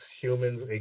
humans